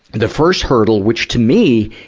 the first hurdle, which, to me,